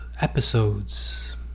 episodes